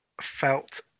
felt